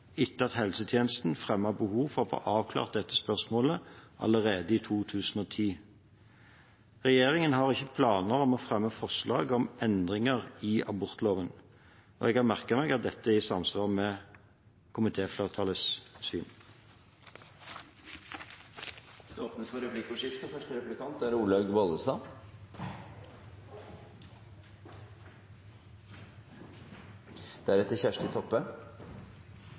etter at helsetjenesten fremmet behovet for å få avklart dette spørsmålet allerede i 2010. Regjeringen har ikke planer om å fremme forslag om endringer i abortloven, og jeg har merket meg at dette er i samsvar med komitéflertallets syn. Det blir replikkordskifte. Jeg er enig med statsråden i at dette er